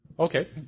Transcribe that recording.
Okay